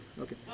Okay